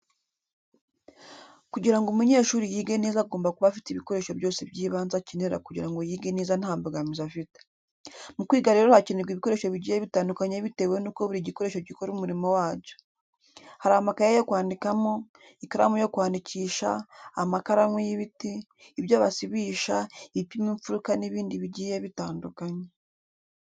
Kugira ngo umunyeshuri yige neza agomba kuba afite ibikoresho byose by'ibanze akenera kugira ngo yige neza nta mbogamizi afite. Mu kwiga rero hakenerwa ibikoresho bigiye bitandukanye bitewe nuko buri gikoresho gikora umurimo wacyo. Hari amakaye yo kwandikamo, ikaramu yo kwandikisha, amakaramu y'ibiti, ibyo basibisha, ibipima imfuruka n'ibindi bigiye bitandukanye.